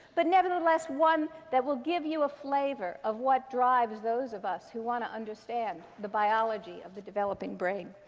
but nevertheless one that will give you a flavor of what drives those of us who want to understand the biology of the developing brain.